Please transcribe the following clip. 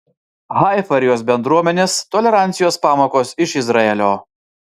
haifa ir jos bendruomenės tolerancijos pamokos iš izraelio